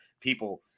people